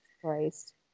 Christ